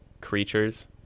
creatures